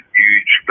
huge